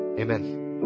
Amen